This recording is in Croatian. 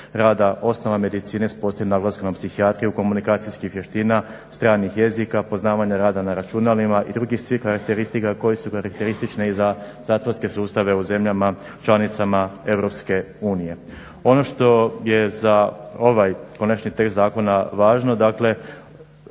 rada, osnova medicine s posebnim naglaskom na psihijatriju komunikacijskih vještina, stranih jezika, poznavanja rada na računalima i drugih svih karakteristika koje su karakteristične i za zatvorske sustave u zemljama članicama Europske unije. Ono što je za ovaj konačni tekst zakona važno, dakle